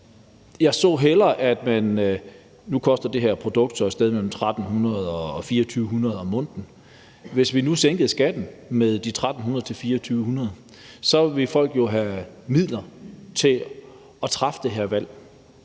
jeg så hellere – og nu koster det her produkt så et sted mellem 1.300 og 2.400 kr. om måneden – at vi sænkede skatten med de 1.300-2.400 kr., for så ville folk jo have midler til at træffe det her valg.